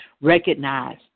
recognize